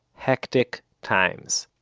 hectic times.